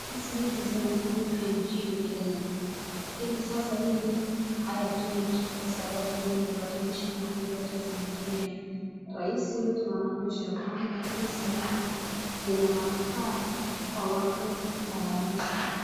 Pesa hizi zinatumika nchini Kenya. Lakini sasa hivi hayatumiki kwa sababu imebadilishwa na kuletwa zingine. Rais wetu anaonyesha ya kwamba pesa hizi zina manufaa kwa watu na wananchi.